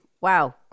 Wow